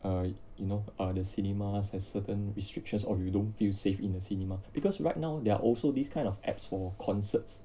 err you know err the cinemas has certain restrictions or you don't feel safe in the cinema because right now there are also this kind of apps for concerts